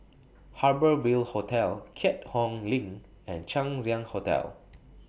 Harbour Ville Hotel Keat Hong LINK and Chang Ziang Hotel